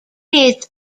its